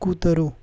કૂતરો